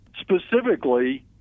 Specifically